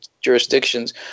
jurisdictions